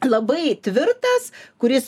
labai tvirtas kuris